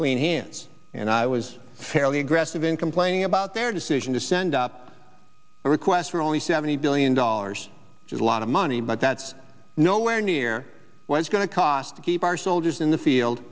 clean hands and i was fairly aggressive in complaining about their decision to send up a request for only seventy billion dollars which is a lot of money but that's nowhere near what it's going to cost to keep our soldiers in the field